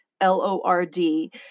L-O-R-D